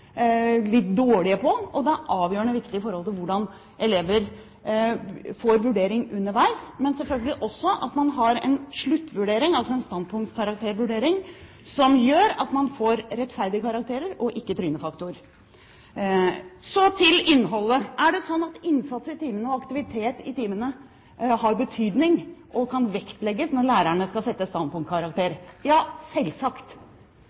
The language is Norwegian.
litt dårlige på. Det er avgjørende viktig for hvordan elever får vurdering underveis, men selvfølgelig også for en sluttvurdering, altså en standpunktkaraktervurdering, som gjør at man får rettferdige karakterer – og ikke trynefaktor. Så til innholdet. Er det slik at innsats i timen og aktivitet i timen har betydning og kan vektlegges når lærerne skal sette standpunktkarakter? Ja, selvsagt.